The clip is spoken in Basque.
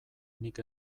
nik